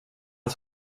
att